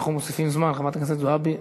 בואו, אנחנו מוסיפים זמן לחברת הכנסת זועבי.